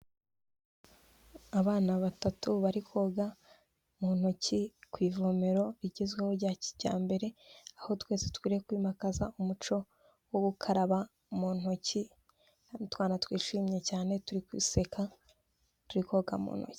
Abana batatu bari koga mu ntoki ku ivomero rigezweho rya kijyambere, aho twese dukwiriye kwimakaza umuco wo gukaraba mu ntoki, hano utwana twishimye cyane turi guseka, turi koga mu ntoki.